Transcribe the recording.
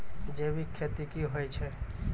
जैविक खेती की होय छै?